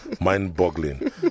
mind-boggling